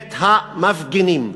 את המפגינים.